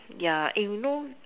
yeah you know